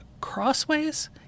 crossways